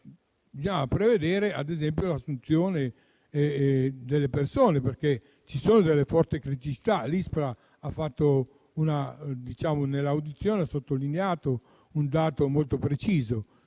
bisognava prevedere, ad esempio, l'assunzione delle persone, perché ci sono delle forti criticità. L'ISPRA in audizione ha sottolineato un dato molto preciso,